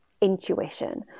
intuition